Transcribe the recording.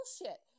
Bullshit